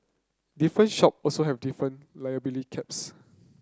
different shop also have different liability caps